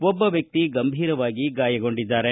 ಒಬ್ಬ ವ್ಯಕ್ತಿ ಗಂಭೀರವಾಗಿ ಗಾಯಗೊಂಡಿದ್ದಾರೆ